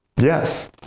yes.